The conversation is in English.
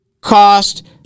cost